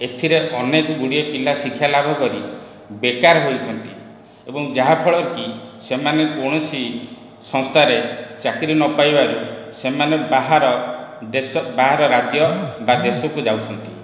ଏଥିରେ ଅନେକ ଗୁଡ଼ିଏ ପିଲା ଶିକ୍ଷା ଲାଭ କରି ବେକାର ହୋଇଛନ୍ତି ଏବଂ ଯାହା ଫଳରେ କି ସେମାନେ କୌଣସି ସଂସ୍ଥାରେ ଚାକିରୀ ନ ପାଇବାରୁ ସେମାନେ ବାହାର ଦେଶ ବାହାର ରାଜ୍ୟ ବା ଦେଶକୁ ଯାଉଛନ୍ତି